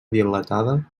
dilatada